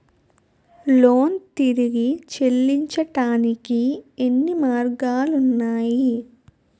Loan తిరిగి చెల్లించటానికి ఎన్ని మార్గాలు ఉన్నాయి?